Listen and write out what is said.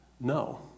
No